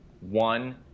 one